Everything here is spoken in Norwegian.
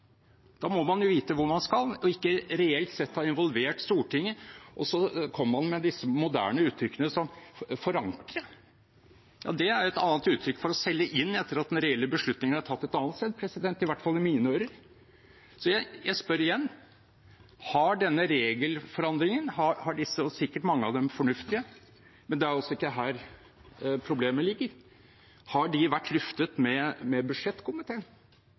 Da må man vite hvor man skal – og ikke reelt sett ha involvert Stortinget – og så kommer man med disse moderne uttrykkene som «forankre». Det er jo et annet uttrykk for å selge inn etter at den reelle beslutningen er tatt et annet sted, i hvert fall i mine ører. Så jeg spør igjen: Har disse regelforandringene – og mange av dem er sikkert fornuftige, det er altså ikke her problemet ligger – vært luftet med budsjettkomiteen?